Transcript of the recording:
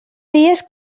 dies